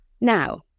Now